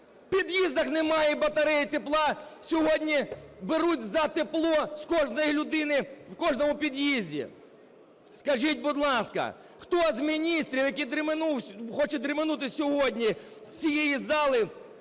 В під'їздах немає батарей і тепла, сьогодні беруть за тепло з кожної людини в кожному під'їзді. Скажіть, будь ласка, хто з міністрів, який хоче дременути сьогодні з цієї зали,